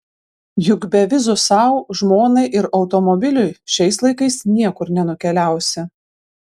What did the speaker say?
juk be vizų sau žmonai ir automobiliui šiais laikais niekur nenukeliausi